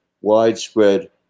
widespread